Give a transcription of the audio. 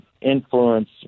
influence